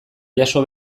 jaso